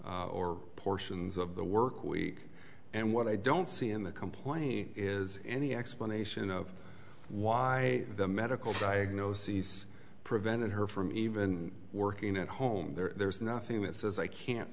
hours or portions of the work week and what i don't see in the complaint is any explanation of why the medical diagnoses prevented her from even working at home there is nothing that says i can't